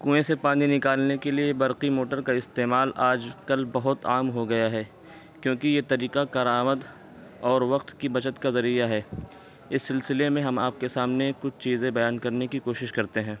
کنوئیں سے پانی نکالنے کے لیے برقی موٹر کا استعمال آج کل بہت عام ہو گیا ہے کیونکہ یہ طریقہ کارآمد اور وقت کی بچت کا ذریعہ ہے اس سلسلے میں ہم آپ کے سامنے کچھ چیزیں بیان کرنے کی کوشش کرتے ہیں